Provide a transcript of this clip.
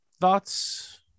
thoughts